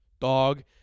Dog